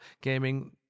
gaming